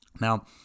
Now